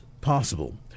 possible